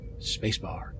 spacebar